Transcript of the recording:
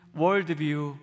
worldview